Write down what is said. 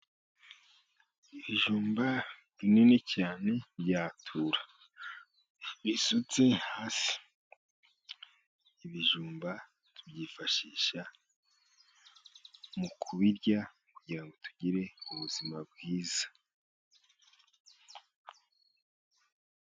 Ibijumba binini cyane byatura bisutse hasi, ibijumba byifashishwa mu kubirya kugira ngo tugire ubuzima bwiza.